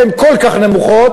הן כל כך נמוכות,